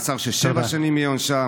מאסר של שבע שנים יהיה עונשם,